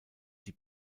die